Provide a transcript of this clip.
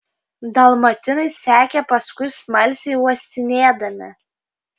dalmatinai sekė paskui smalsiai uostinėdami